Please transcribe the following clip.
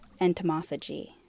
Entomophagy